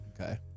Okay